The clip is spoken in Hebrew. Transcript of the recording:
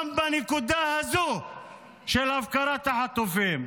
גם בנקודה הזו של הפקרת החטופים.